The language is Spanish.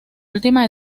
última